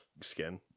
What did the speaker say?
skin